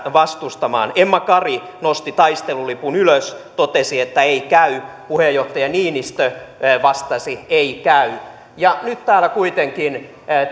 vastustamaan emma kari nosti taistelulipun ylös totesi että ei käy puheenjohtaja niinistö vastasi että ei käy nyt täällä kuitenkin